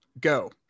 go